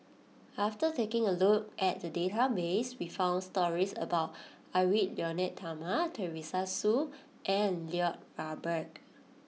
after taking a look at the database we found stories about Edwy Lyonet Talma Teresa Hsu and Lloyd Valberg